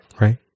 right